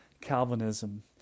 Calvinism